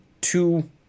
two